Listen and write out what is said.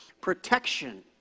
protection